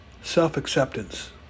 self-acceptance